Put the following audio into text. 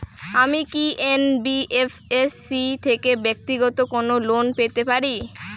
আমি কি এন.বি.এফ.এস.সি থেকে ব্যাক্তিগত কোনো লোন পেতে পারি?